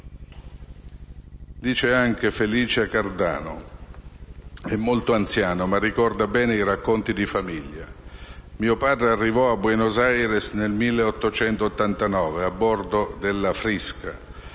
prosegue: «Felicia Cardano è molto anziana, ma ricorda bene i racconti di famiglia: "Mio padre arrivò a Buenos Aires nel 1889 a bordo del Frisca.